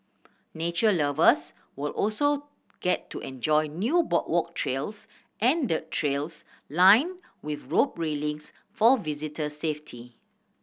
nature lovers will also get to enjoy new boardwalk trails and dirt trails lined with rope railings for visitor safety